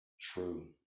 true